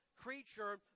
Creature